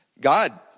God